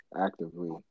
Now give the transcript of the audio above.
actively